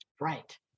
Right